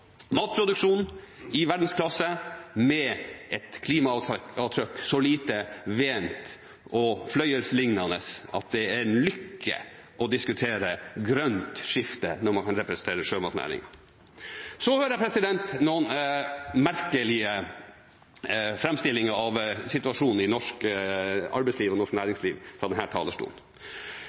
matproduksjon i verdensklasse med et klimaavtrykk så lite, vent og fløyelsliknende at det er en lykke å diskutere grønt skifte når man kan representere sjømatnæringen. Så hører jeg noen merkelige framstillinger av situasjonen i norsk arbeidsliv og norsk næringsliv fra denne talerstolen.